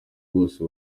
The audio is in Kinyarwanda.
bose